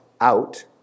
out